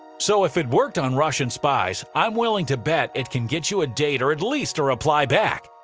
so if it worked on russian spies, i'm willing to bet it can get you a date or at least a reply back.